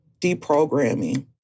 deprogramming